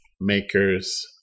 makers